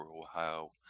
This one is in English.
Ohio